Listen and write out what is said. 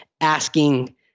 asking